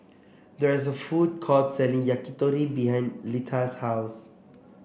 there is a food court selling Yakitori behind Litha's house